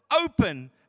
open